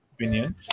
opinion